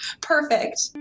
Perfect